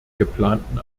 geplanten